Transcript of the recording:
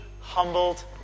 humbled